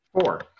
Four